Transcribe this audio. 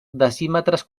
decímetres